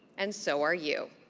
and so are you.